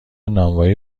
نانوایی